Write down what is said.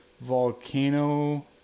volcano